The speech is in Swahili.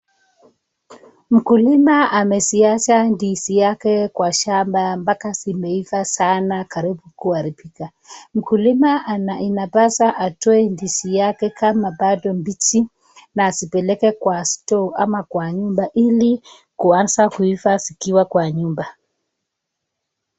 Mkulima ameziwacha ndizi zake kwa shamba mpaka zimeiva sana karibu kuharibika. Mkulima anapaswa kutoa ndizi zake kwa shamba kama bado mbichi na azipeleke kwa store ama kwa nyumba ili kuanza kuiva zikiwa kwa nyumba.